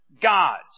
gods